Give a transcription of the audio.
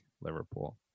Liverpool